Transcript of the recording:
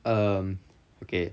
um okay